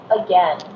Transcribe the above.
again